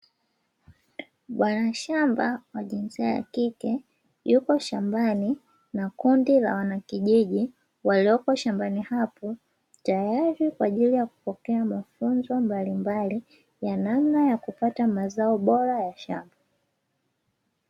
Bwana shamba wa jinsia ya kike yuko shambani na kundi la wanakijiji walioko shambani hapo, tayari kwa ajili ya kupokea mafunzo mbalimbali ya namna ya kupata mazao bora ya shamba.